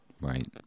Right